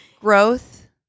growth